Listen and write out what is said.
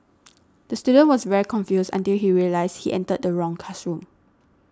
the student was very confused until he realised he entered the wrong classroom